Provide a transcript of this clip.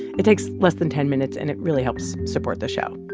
it takes less than ten minutes, and it really helps support the show.